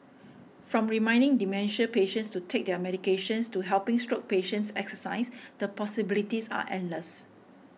from reminding dementia patients to take their medications to helping stroke patients exercise the possibilities are endless